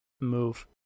move